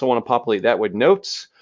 wanna populate that with notes,